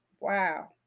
Wow